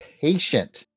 Patient